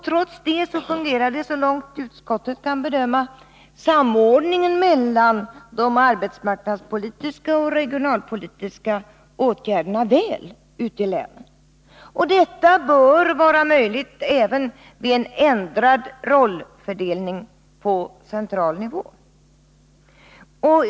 Trots det fungerar samordningen väl, så långt utskottet kan bedöma, mellan de arbetsmarknadspolitiska och regionalpolitiska åtgärderna. Detta bör vara möjligt även vid en ändrad rollfördelning på central nivå.